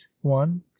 one